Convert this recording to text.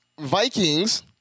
Vikings